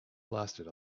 blasted